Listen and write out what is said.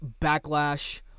backlash